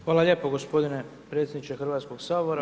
Hvala lijepo gospodine predsjedniče Hrvatskog sabora.